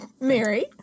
Mary